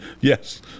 Yes